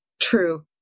True